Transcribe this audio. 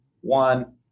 One